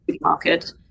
market